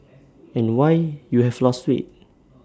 and why you have lost weight